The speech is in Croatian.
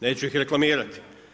Neću ih reklamirati.